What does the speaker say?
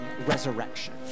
resurrection